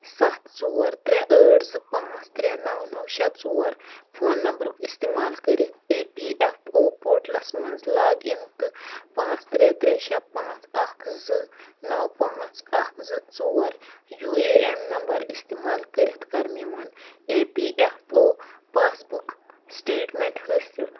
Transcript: سَتھ ژور ترٛےٚ ٲٹھ زٕ پانٛژھ ترٛےٚ نَو نَو شےٚ ژور فون نمبرُک استعمال کٔرِتھ اے پی ایٚف او پورٹلَس منٛز لاگ اِن تہٕ پانٛژھ ترٛےٚ ترٛےٚ شےٚ پانٛژھ اَکھ زٕ نَو پانٛژھ اَکھ زٕ ژور یوٗ اے ایٚن نمبَر استعمال کٔرِتھ کر میون E P F O passbook statement حٲصِل